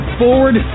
forward